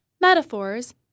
metaphors